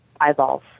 eyeballs